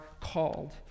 called